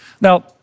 Now